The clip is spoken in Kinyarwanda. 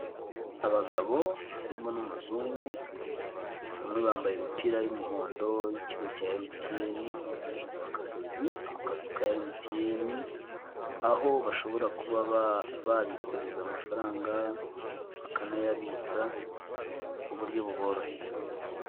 Abagabo harimo n'Umuzungu, bamwe bambaye imipira y'umuhondo y'ikigo cya MTN, baje kwaka serivisi ku kazi ka MTN, aho bashobora kuba babikuza amafaranga, bakanayabitsa mu buryo buboroheye.